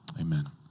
amen